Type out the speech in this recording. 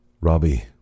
Robbie